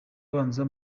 abanza